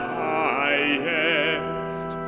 highest